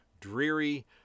dreary